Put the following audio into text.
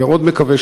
מאוד מקווה,